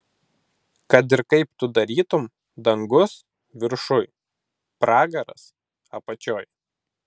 kad ir kaip tu darytum dangus viršuj pragaras apačioj